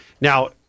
now